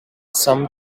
sum